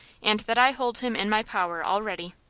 and that i hold him in my power already?